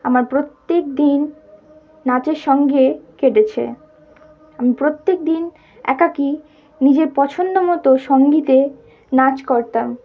আমার প্রত্যেক দিন নাচের সঙ্গে কেটেছে আমি প্রত্যেক দিন একাকী নিজের পছন্দমতো সঙ্গীতে নাচ করতাম